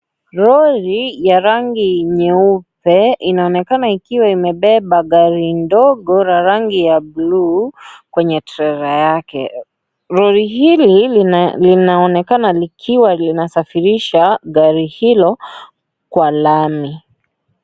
Lori ya rangi nyeupe inaonekana ikiwa imebeba gari ndogo la rangi ya bulu kwenye trela yake, lori hili linaonekana likisafirisha gari hilo kwa lami.